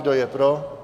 Kdo je pro?